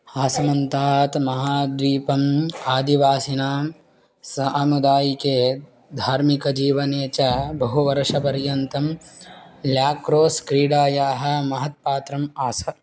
आसमन्तात् महाद्वीपम् आदिवासिनां सामुदायिके धार्मिकजीवने च बहुवर्षपर्यन्तं लेक्रोस् क्रीडायाः महत्पात्रम् आस